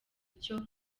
icyo